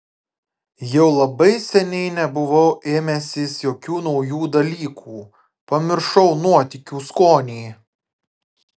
jau labai seniai nebuvau ėmęsis jokių naujų dalykų pamiršau nuotykių skonį